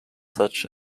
such